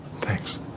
Thanks